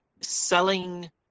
selling